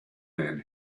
man